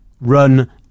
run